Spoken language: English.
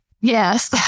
yes